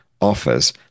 offers